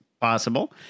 possible